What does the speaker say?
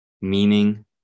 meaning